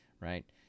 right